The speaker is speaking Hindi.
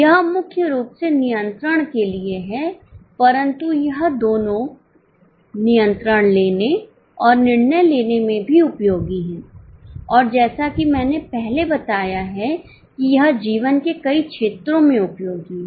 यह मुख्य रूप से नियंत्रण के लिए है परंतु यह दोनों नियंत्रण लेने और निर्णय लेने में भी उपयोगी है और जैसा कि मैंने पहले बताया है कि यह जीवन के कई क्षेत्रों में उपयोगी है